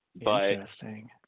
Interesting